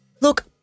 Look